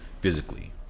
physically